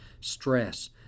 stress